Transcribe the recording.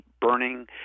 burning